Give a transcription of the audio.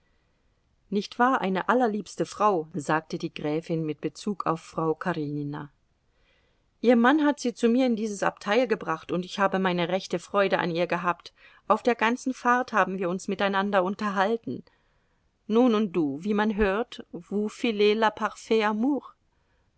nicht wahr eine allerliebste frau sagte die gräfin mit bezug auf frau karenina ihr mann hat sie zu mir in dieses abteil gebracht und ich habe meine rechte freude an ihr gehabt auf der ganzen fahrt haben wir uns miteinander unterhalten nun und du wie man hört vous filez